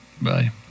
bye